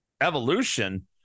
evolution